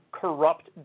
corrupt